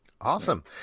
Awesome